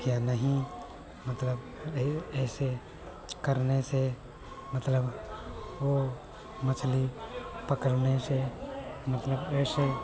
क्या नहीं मतलब यह ऐसे करने से मतलब वह मछली पकड़ने से मतलब ऐसे